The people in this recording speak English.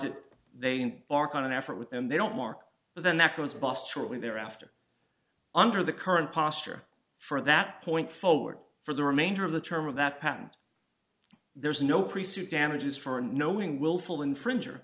it they bark on an effort with them they don't mark but then that goes bust shortly thereafter under the current posture for that point forward for the remainder of the term of that patent there's no preset damages for knowing willful infringe